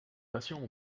patients